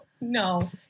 No